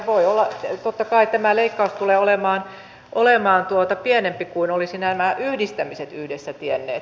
voi olla totta kai että tämä leikkaus tulee olemaan pienempi kuin olisivat nämä yhdistämiset yhdessä tienneet